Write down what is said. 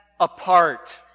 apart